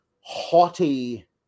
haughty